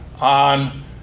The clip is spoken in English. on